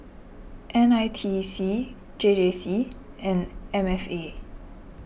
N I T E C J J C and M F A